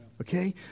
okay